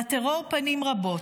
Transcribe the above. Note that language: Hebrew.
לטרור פנים רבות,